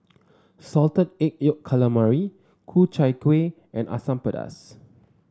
Salted Egg Yolk Calamari Ku Chai Kueh and Asam Pedas